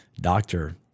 doctor